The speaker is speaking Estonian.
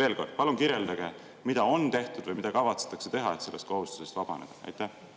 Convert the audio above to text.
Veel kord, palun kirjeldage, mida on tehtud või mida kavatsetakse teha, et sellest kohustusest vabaneda. Tänan